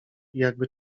jakby